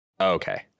Okay